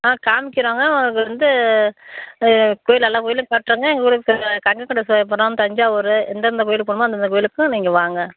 ஆ காமிக்கிறோங்க அங்கேருந்து கோவிலு எல்லா கோவிலு காட்டுறங்க எங்கள் ஊர் க கங்கை கொண்ட சோலபுரம் தஞ்சாவூரு எந்தெந்த கோவிலு போகணும்மோ அந்த அந்த கோவிலுக்கும் நீங்கள் வாங்க